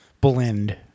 blend